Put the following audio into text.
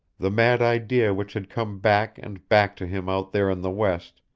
the mad idea which had come back and back to him out there in the west,